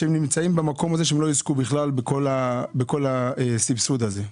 שנמצאים במקום הזה שלא יזכו בכלל בסבסוד הזה?